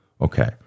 Okay